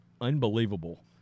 Unbelievable